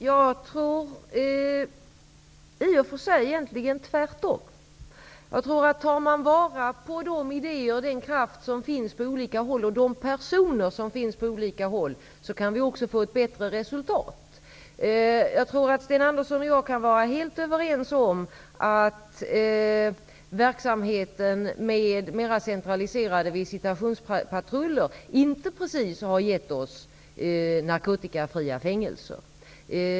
Herr talman! Jag tror egentligen tvärtom. Jag tror att om vi tar vara på de idéer, den kraft och de personer som finns på olika håll kan vi också få ett bättre resultat. Jag tror att Sten Andersson och jag kan vara helt överens om att verksamheten med mera centraliserade visitationspatruller inte precis har gett oss narkotikafria fängelser.